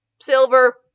silver